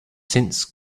since